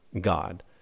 God